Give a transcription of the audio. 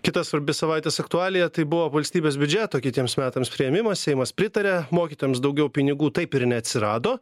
kita svarbi savaitės aktualija tai buvo valstybės biudžeto kitiems metams priėmimas seimas pritaria mokytojams daugiau pinigų taip ir neatsirado